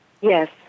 Yes